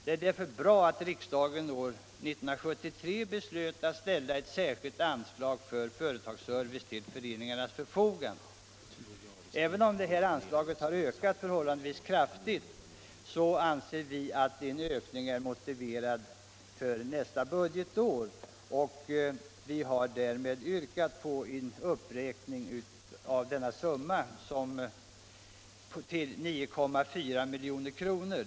Det är därför bra att riksdagen år 1973 beslöt att ställa ett särskilt anslag för företagsservice till föreningarnas förfogande. Även om dessa anslag har ökat förhållandevis kraftigt, anser vi att en fortsatt ökning är motiverad för nästa budgetår. Vi har yrkat på en uppräkning av anslagssumman till 9,4 milj.kr.